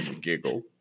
Giggle